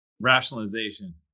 Rationalization